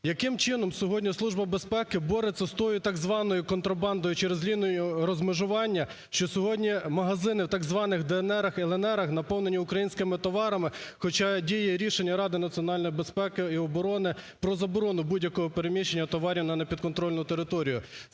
Яким чином сьогодні Служба безпеки бореться з тією так званою контрабандою через лінію розмежування, що сьогодні магазини в так званих ,"ДНРах" і "ЛНРах" наповнені українськими товарами, хоча діє рішення Ради національної безпеки і оборони про заборону будь-якого переміщення товарів на непідконтрольну територію?